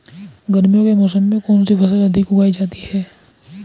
गर्मियों के मौसम में कौन सी फसल अधिक उगाई जाती है?